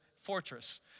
Fortress